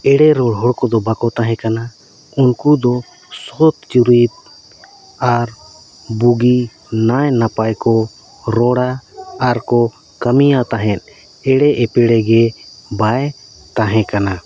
ᱮᱲᱮ ᱨᱚᱲ ᱦᱚᱲᱠᱚᱰᱚ ᱵᱟᱠᱚ ᱛᱟᱦᱮᱸ ᱠᱟᱱᱟ ᱩᱱᱠᱩ ᱫᱚ ᱥᱚᱛ ᱪᱩᱨᱤᱛ ᱟᱨ ᱵᱩᱜᱤ ᱱᱟᱭ ᱱᱟᱯᱟᱭ ᱠᱚ ᱨᱚᱲᱟ ᱟᱨ ᱠᱚ ᱠᱟᱹᱢᱤᱭᱟ ᱛᱟᱦᱮᱫ ᱮᱲᱮ ᱮᱯᱲᱮᱜᱮ ᱵᱟᱭ ᱛᱟᱦᱮᱸ ᱠᱟᱱᱟ